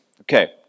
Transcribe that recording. Okay